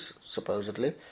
supposedly